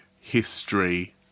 History